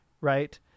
right